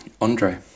Andre